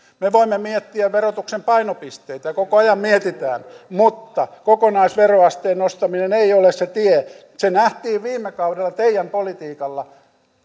me me voimme miettiä verotuksen painopisteitä ja koko ajan mietitään mutta kokonaisveroasteen nostaminen ei ole se tie se nähtiin viime kaudella teidän politiikallanne